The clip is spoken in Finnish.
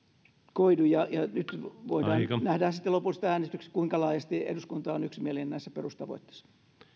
koidu ja ja nyt nähdään sitten lopullisista äänestyksistä kuinka laajasti eduskunta on yksimielinen näissä perustavoitteissa